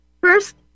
First